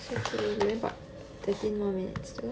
it's okay we only got about thirteen minutes to go